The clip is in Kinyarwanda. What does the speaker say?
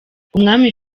umwami